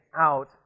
out